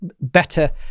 better